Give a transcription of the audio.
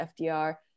FDR